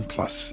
Plus